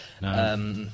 No